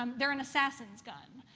um they're an assassin's gun.